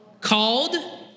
called